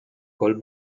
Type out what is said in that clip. col